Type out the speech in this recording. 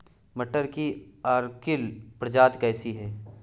मटर की अर्किल प्रजाति कैसी है?